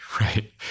right